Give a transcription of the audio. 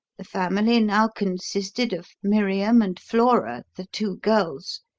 the family now consisted of miriam and flora, the two girls,